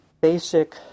basic